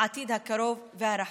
בעתיד הקרוב והרחוק.